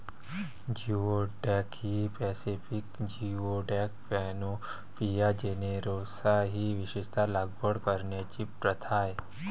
geoduck ही Pacific geoduck, Panopea generosa ही विशेषत लागवड करण्याची प्रथा आहे